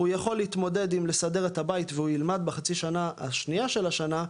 הוא יכול להתמודד עם לסדר את הבית והוא ילמד בחצי שנה השנייה של השנה,